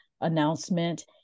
announcement